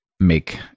make